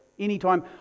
anytime